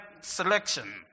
selection